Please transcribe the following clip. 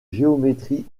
géométrie